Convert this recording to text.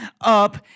up